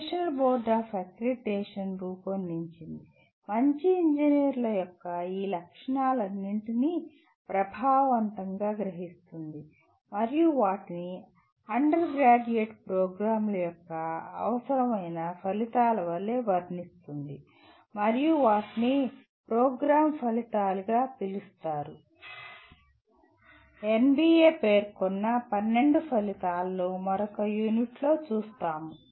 national board of accreditation రూపొందించినది మంచి ఇంజనీర్ల యొక్క ఈ లక్షణాలన్నింటినీ ప్రభావవంతంగా గ్రహిస్తుంది మరియు వాటిని అండర్గ్రాడ్యుయేట్ ప్రోగ్రామ్ల యొక్క అవసరమైన ఫలితాల వలె వర్ణిస్తుంది మరియు వాటిని ప్రోగ్రామ్ ఫలితాలుగా పిలుస్తాము NBA పేర్కొన్న 12 ఫలితాలను మరొక యూనిట్లో చూస్తాము